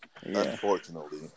unfortunately